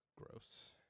gross